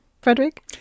Frederick